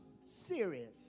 serious